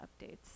updates